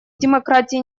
демократия